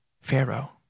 Pharaoh